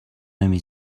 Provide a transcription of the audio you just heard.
نمی